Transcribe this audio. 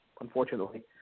Unfortunately